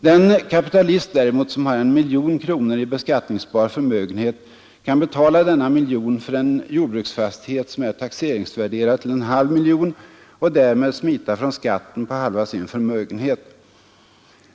Den kapitalist däremot som har en miljon kronor i beskattningsbar förmögenhet kan betala denna miljon för en jordbruksfastighet som är taxeringsvärderad till en halv miljon och därmed klara sig undan skatten på halva sin förmögenhet.